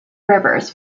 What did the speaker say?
rivers